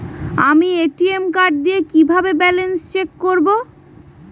আমি ATM card দিয়ে কিভাবে ব্যালেন্স চেক করব?